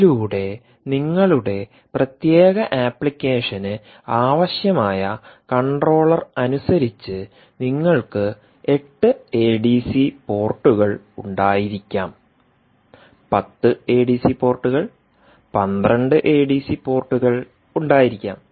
ഇതിലൂടെ നിങ്ങളുടെ പ്രത്യേക അപ്ലിക്കേഷന് ആവശ്യമായ കൺട്രോളർഅനുസരിച്ച് നിങ്ങൾക്ക് 8 എഡിസി പോർട്ടുകൾ ഉണ്ടായിരിക്കാം 10 എഡിസി പോർട്ടുകൾ 12 എഡിസി പോർട്ടുകൾ ഉണ്ടായിരിക്കാം